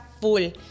full